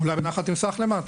אולי בנחל תמסח למטה.